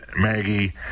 Maggie